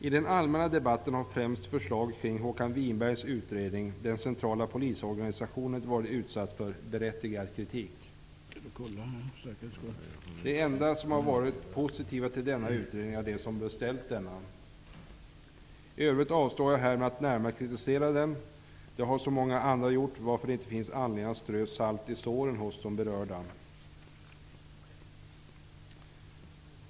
I den allmänna debatten har främst förslag kring Håkan Winbergs utredning, Den centrala polisorganisationen, varit utsatta för berättigad kritik. De enda som varit positiva till denna utredning är de som beställt den. I övrigt avstår jag här från att närmare kritisera den. Det har så många andra gjort. Det finns inte anledning att strö salt i såren hos de berörda.